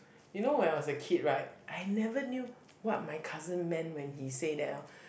you know when I was a kid right I never knew what my cousin meant when he say that hor